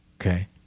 Okay